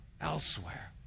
elsewhere